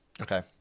Okay